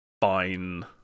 fine